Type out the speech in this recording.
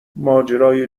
ماجرای